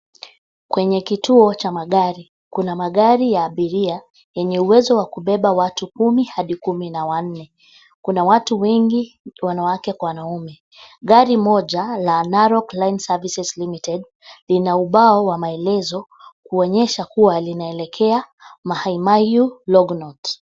Kwenye kituo cha magari. Kuna magari ya aina yenye uwezo wa kubeba watu kumi hadi kumi na wanne. Kuna watu wengi wanawake kwa wanaume. Gari moja la Narok line services limited ,lina ubao wa maelezo kuonyesha kuwa linaelekea Mai Mahiu Longonot